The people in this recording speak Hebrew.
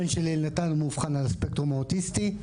הבן שלי אלנתן מאובחן על הספקטרום האוטיסטי.